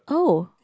go